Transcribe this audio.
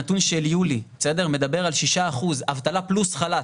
הנתון של יולי מדבר על 6% אבטלה פלוס חל"ת.